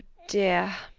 dear,